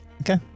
Okay